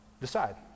decide